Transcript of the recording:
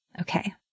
Okay